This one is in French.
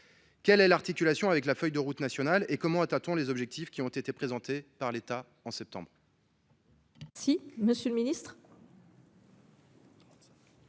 quelle est l’articulation avec la feuille de route nationale ? Comment atteindra t on les objectifs qui ont été présentés en septembre ?